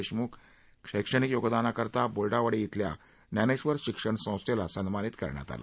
देशमुख शैक्षणिक योगदानकरता बोल्डावाडी शिल्या ज्ञानेश्वर शिक्षण संस्थेला सन्मानित करण्यात आलं